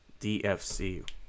DFC